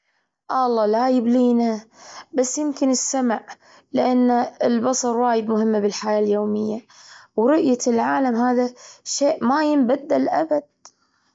الله لا يبلينا، بس يمكن السمع لأن البصر وايد مهم بالحياة اليومية، ورؤية العالم، هذا شيء ما ينبدل أبد.